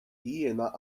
jiena